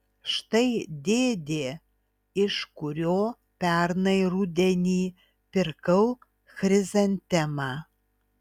štai dėdė iš kurio pernai rudenį pirkau chrizantemą